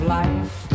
life